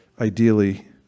ideally